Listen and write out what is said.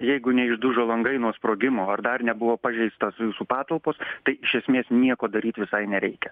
jeigu neišdužo langai nuo sprogimo ar dar nebuvo pažeistos jūsų patalpos tai iš esmės nieko daryt visai nereikia